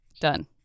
Done